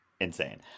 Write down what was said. Insane